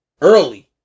early